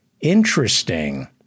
Interesting